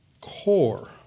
core